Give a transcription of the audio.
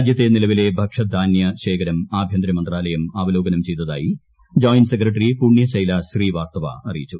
രാജ്യത്തെ നിലവിലെ ഭക്ഷ്യധാനൃ ശേഖരം ആഭൃന്തരമന്ത്രാലയം അവലോകനം ചെയ്തതായി ജോയിന്റ് സെക്രട്ടറി പുണ്യശൈല ശ്രീവാസ്തവ അറിയിച്ചു